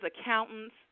accountants